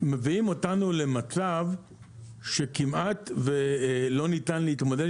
מביאים אותנו למצב שכמעט ולא ניתן להתמודד